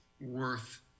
worth